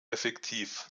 effektiv